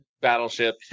battleship